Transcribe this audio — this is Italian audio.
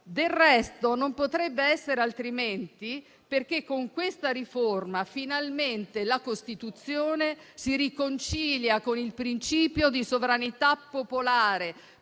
Del resto, non potrebbe essere altrimenti. Con questa riforma, infatti, finalmente la Costituzione si riconcilia con il principio di sovranità popolare,